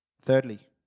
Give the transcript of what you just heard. Thirdly